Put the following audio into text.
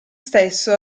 stesso